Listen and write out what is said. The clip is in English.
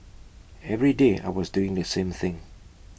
every day I was doing the same thing